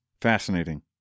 Fascinating